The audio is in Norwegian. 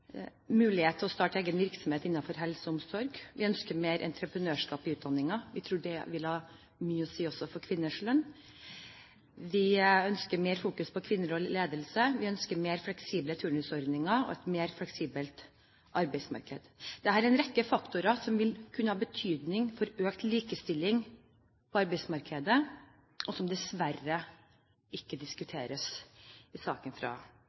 mulighet til å starte egen virksomhet innenfor helse- og omsorg. Vi ønsker mer entreprenørskap i utdanningen, vi tror det ville ha mye å si også for kvinners lønn. Vi ønsker mer fokus på kvinner og ledelse, vi ønsker mer fleksible turnusordninger og et mer fleksibelt arbeidsmarked. Dette er en rekke faktorer som vil kunne ha betydning for økt likestilling på arbeidsmarkedet, men som dessverre ikke diskuteres i saken fra